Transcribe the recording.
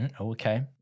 Okay